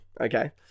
okay